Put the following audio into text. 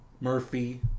Murphy